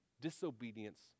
disobedience